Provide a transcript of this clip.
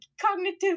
cognitive